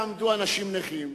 יעמדו פה אנשים נכים,